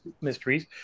mysteries